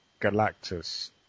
Galactus